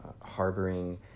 harboring